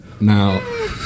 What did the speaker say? Now